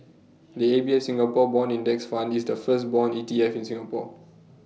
the A B S Singapore Bond index fund is the first Bond E T F in Singapore